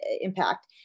impact